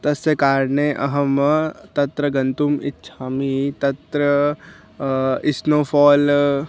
तस्य कारणे अहं तत्र गन्तुम् इच्छामि तत्र इस्नो फा़ल्